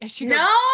No